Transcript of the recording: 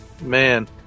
Man